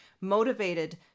motivated